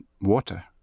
Water